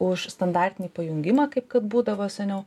už standartinį pajungimą kaip kad būdavo seniau